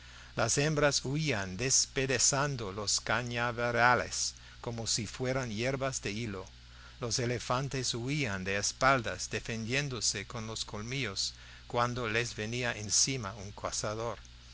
las hembras huían despedazando los cañaverales como si fueran yerbas de hilo los elefantes huían de espaldas defendiéndose con los colmillos cuando les venía encima un cazador